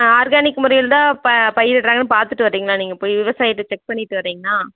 ஆ organic முறையில் தான் ப பயிரிடுறாங்கன்னு பார்த்துட்டு வர்றீங்களா நீங்கள் போய் விவசாயத்தை செக் பண்ணிவிட்டு வர்றீங்களாண்ணா